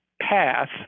path